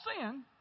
sin